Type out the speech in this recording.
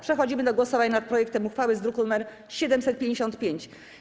Przechodzimy do głosowań nad projektem uchwały z druku nr 755.